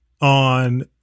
on